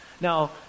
Now